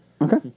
Okay